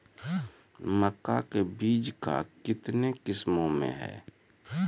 मक्का के बीज का कितने किसमें हैं?